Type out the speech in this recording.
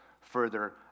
further